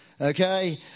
okay